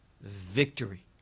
victory